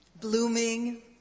blooming